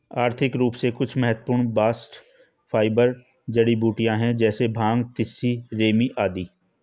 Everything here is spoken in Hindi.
आर्थिक रूप से कुछ महत्वपूर्ण बास्ट फाइबर जड़ीबूटियां है जैसे भांग, तिसी, रेमी आदि है